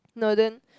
no then